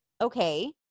okay